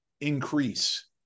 increase